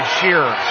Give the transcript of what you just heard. Shearer